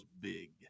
big